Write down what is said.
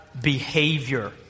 behavior